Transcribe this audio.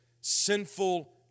sinful